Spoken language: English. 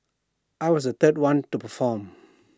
I was the third one to perform